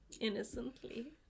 Innocently